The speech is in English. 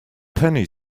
penny